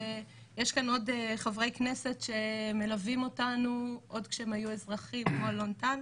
יש כאן עוד חברי כנסת שמלווים אותנו עוד כשהם היו אזרחים כמו אלון טל,